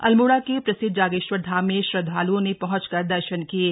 अल्मोड़ा के प्रसिद्ध जागेश्वर धाम में श्रद्धाल्ओं ने पहंचकर दर्शन किये